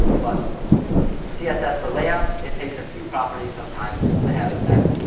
but css for layout, it takes a few properties sometimes to have an effect.